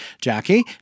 Jackie